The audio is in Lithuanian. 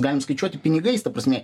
galim skaičiuoti pinigais ta prasme